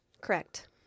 Correct